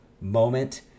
moment